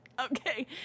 Okay